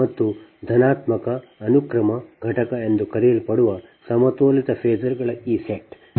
ಮತ್ತು ಧನಾತ್ಮಕ ಅನುಕ್ರಮ ಘಟಕ ಎಂದು ಕರೆಯಲ್ಪಡುವ ಸಮತೋಲಿತ ಫೇಸರ್ ಗಳ ಈ ಸೆಟ್